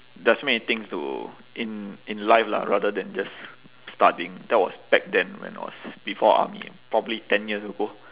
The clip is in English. there are so many things to in in life lah rather than just studying that was back then when I was before army probably ten years ago